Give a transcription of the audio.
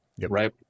right